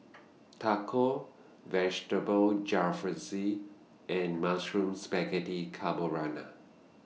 Tacos Vegetable Jalfrezi and Mushroom Spaghetti Carbonara